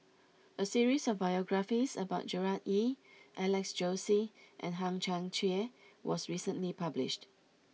a series of biographies about Gerard Ee Alex Josey and Hang Chang Chieh was recently published